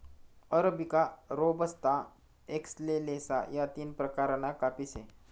arabica, robusta, excelsa या तीन प्रकारना काफी से